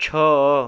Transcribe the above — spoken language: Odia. ଛଅ